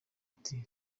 ati